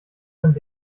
und